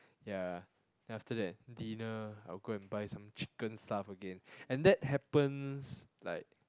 ya then after that dinner I will go and buy some chicken stuff again and that happens like